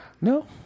No